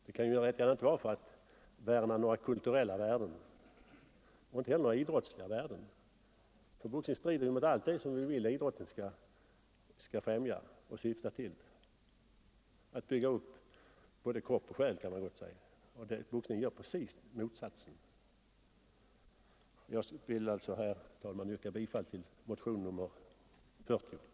Det kan ju inte gärna vara för att värna några kulturella värden och inte heller för att värna några idrottsliga värden, eftersom boxningen strider mot allt det som vi vill att idrotten skall främja och syfta till, nämligen att bygga upp både kropp och själ, kan man gott säga. Boxningen gör precis motsatsen! Jag vill alltså här, herr talman, yrka bifall till motionen 1974:40.